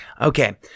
Okay